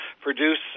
produce